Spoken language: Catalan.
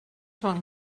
bon